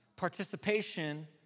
participation